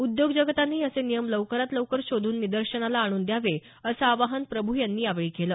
उद्योग जगतानंही असे नियम लवकरात लवकर शोधून निदर्शनाला आणून द्यावे असं आवाहन प्रभू यांनी यावेळी केलं